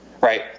right